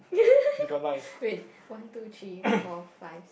wait one two three four five